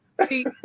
See